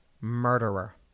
murderer